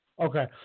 Okay